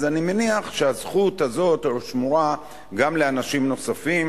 אז אני מניח שהזכות הזאת שמורה גם לאנשים נוספים